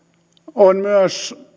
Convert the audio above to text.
on